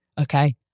okay